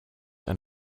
and